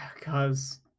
cause